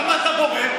למה אתה בורר?